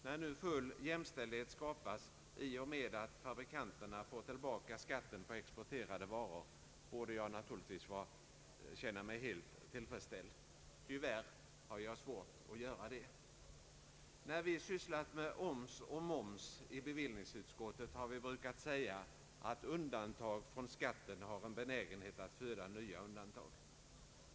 När nu full jämställdhet skapas genom att fabrikanterna får tillbaka skatten för exporterade varor, borde jag naturligtvis känna mig helt tillfredsställd. Tyvärr har jag svårt att göra det. När vi sysslat med oms och moms i bevillningsutskottet har vi brukat säga att undantag från skatten har en be nägenhet att föda nya undantag.